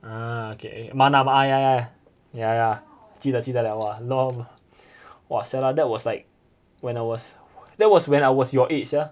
ah okay manam ah ya ya ya ya ya 记得记得 liao !wah! long !wah! !siala! that was like when I was that was when I was your age sia